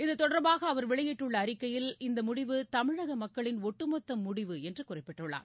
இது தொடர்பாக அவர் வெளியிட்டுள்ள அறிக்கையில் இந்த முடிவு தமிழக மக்களின் ஒட்டுமொத்த முடிவு என குறிப்பிட்டுள்ளார்